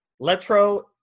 Letro